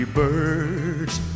birds